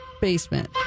Basement